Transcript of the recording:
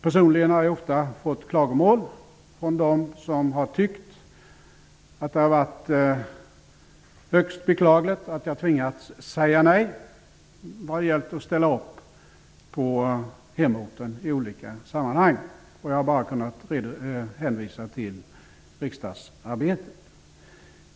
Personligen har jag ofta fått klagomål från människor som har tyckt att det har varit högst beklagligt att jag tvingats säga nej till att ställa upp i olika sammanhang på hemorten. Jag har bara kunnat hänvisa till riksdagsarbetet.